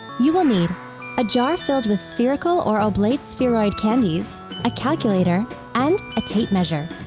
you will need a jar filled with spherical or oblate spheroid candies ah calculator and ah tape measure